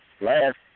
Last